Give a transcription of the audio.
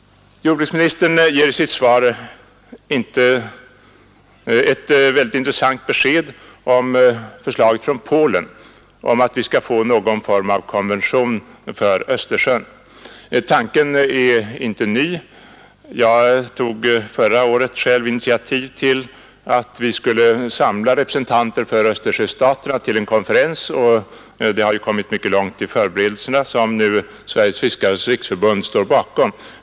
Jordbruksministern ger i sitt svar ett väldigt intressant besked om förslaget från Polen om att vi skall få någon form av konvention för Östersjön. Tanken är inte ny. Jag tog förra året själv initiativ till att vi skulle samla representanter för Östersjöstaterna till en konferens, och vi har kommit mycket långt med förberedelserna, som nu Sveriges fiskares riksförbund står bakom.